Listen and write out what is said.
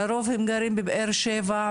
לרוב הם גרים בבאר שבע,